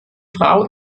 frau